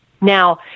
Now